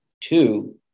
Two